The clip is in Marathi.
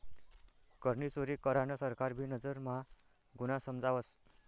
करनी चोरी करान सरकार भी नजर म्हा गुन्हा समजावस